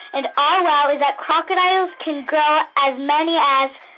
and our wow is that crocodiles can grow as many as.